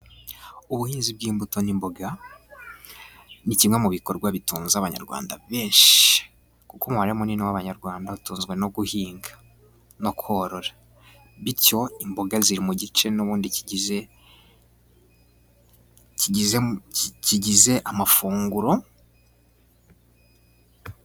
Ubuhinzi bw'imbuto n'imboga ni kimwe mu bikorwa bitunze abanyarwanda benshi, kuko umubare munini w'abanyarwanda utunzwe no guhinga, no korora. Bityo, imboga ziri mu gice n'ubundi kigize amafunguro.